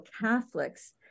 Catholics